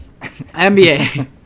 NBA